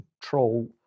control